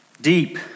deep